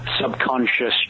subconscious